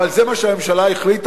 אבל זה מה שהממשלה החליטה.